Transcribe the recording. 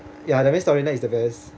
ya the main storyline is the best